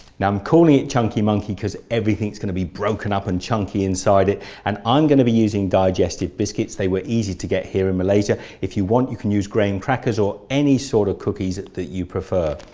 now i'm calling it chunky monkey because everything's going to be broken up and chunky inside it and i'm going to be using digestive biscuits they were easy to get here in malaysia if you want you can use graham crackers or any sort of cookies that you prefer.